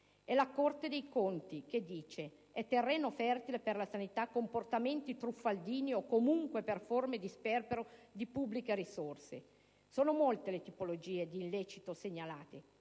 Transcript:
La Corte dei conti sostiene che la sanità è «terreno fertile per comportamenti truffaldini o comunque per forme di sperpero di pubbliche risorse». Sono molte le tipologie di illecito segnalate: